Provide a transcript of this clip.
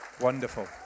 Wonderful